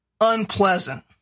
unpleasant